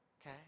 Okay